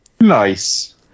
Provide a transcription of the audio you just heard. Nice